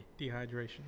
Dehydration